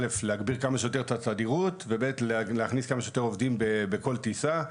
א' להגביר כמה שיותר את התדירות ו-ב' להכניס כמה שיותר עובדים בכל טיסה.